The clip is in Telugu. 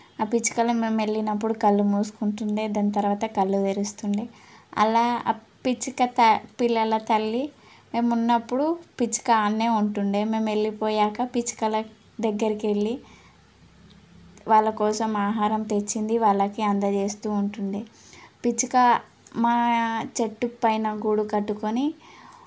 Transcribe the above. ఆ పిచ్చుకలు మేము వెళ్ళినప్పుడు కళ్ళు మూసుకుంటుండే దాని తర్వాత కళ్ళు తెరుస్తుండే అలా ఆ పిచ్చుక పిల్లల తల్లి మేము ఉన్నప్పుడు పిచ్చుక ఆన్నే ఉంటుండే మేము వెళ్ళిపోయాక పిచ్చుకల దగ్గరికి వెళ్ళి వాళ్ళ కోసం ఆహారం తెచ్చింది వాళ్ళకి అందజేస్తూ ఉంటుండే పిచ్చుక మా చెట్టు పైన గూడు కట్టుకొని